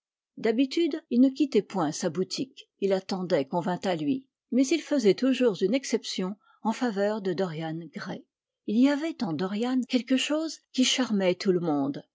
d'habitude il ne quittait point sa boutique attendait qu'on vînt à lui mais il faisait toujours une exception en faveur de dorian gray il y avait en dorian quelque chose qui charmait tout le monde